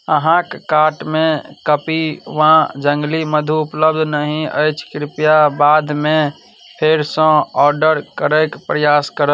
अहाँक कार्टमे कपी वा जङ्गली मधु उपलब्ध नहि अछि कृपया बादमे फेरसँ ऑर्डर करयक प्रयास करऽ